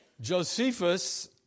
Josephus